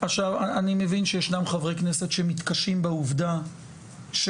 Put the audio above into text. עכשיו אני מבין שישנם חברי כנסת שמתקשים בעובדה ששתי